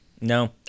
No